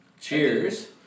Cheers